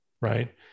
right